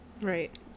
Right